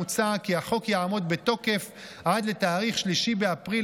מוצע כי החוק יעמוד בתוקף עד לתאריך 3 באפריל